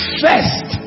first